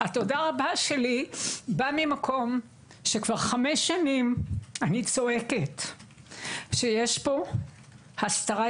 ה"תודה רבה" שלי באה ממקום שכבר חמש שנים אני צועקת שיש פה הסתרה,